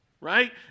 Right